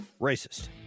racist